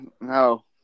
No